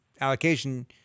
allocation